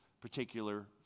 particular